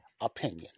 opinion